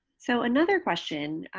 so another question,